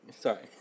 Sorry